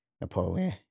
Napoleon